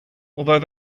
although